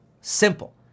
Simple